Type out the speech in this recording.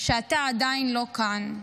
שאתה עדיין לא כאן.